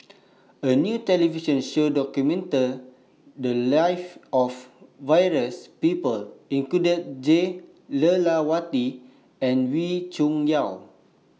A New television Show documented The Lives of various People including Jah Lelawati and Wee Cho Yaw